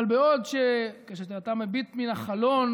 אבל כשאתה מביט מן החלון